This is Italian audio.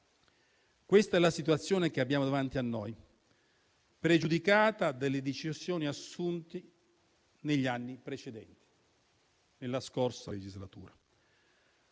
Questa è la situazione che abbiamo davanti a noi, pregiudicata dalle decisioni assunte negli anni precedenti, nella scorsa legislatura.